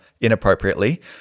inappropriately